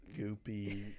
goopy